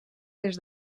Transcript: dels